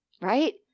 right